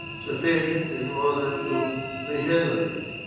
sufficient in order to regenerate